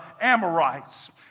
Amorites